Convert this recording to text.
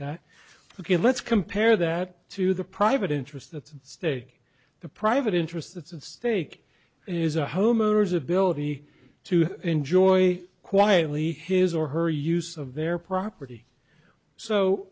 that ok let's compare that to the private interests at stake the private interests that's at stake is a homeowner's ability to enjoy quietly his or her use of their property so